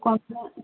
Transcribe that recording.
କଂସା